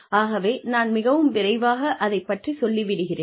ஆகவே நான் மிகவும் விரைவாக அதைப் பற்றிச் சொல்லி விடுகிறேன்